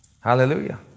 Hallelujah